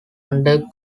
under